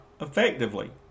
effectively